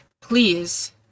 please